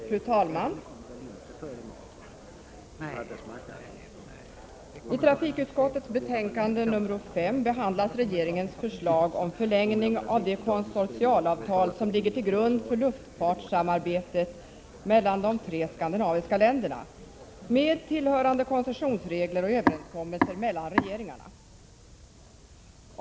Fru talman! I trafikutskottets betänkande nr 5 behandlas regeringens förslag om förlängning av det konsortialavtal som ligger till grund för luftfartssamarbetet mellan de tre skandinaviska länderna, med tillhörande koncessionsregler och överenskommelser mellan regeringarna.